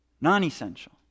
non-essential